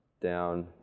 Down